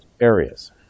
areas